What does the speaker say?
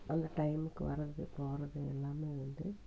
அந்த டைமுக்கு வரது போகிறது எல்லாமே வந்து